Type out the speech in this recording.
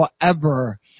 forever